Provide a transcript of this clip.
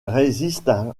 résiste